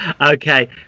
okay